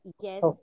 yes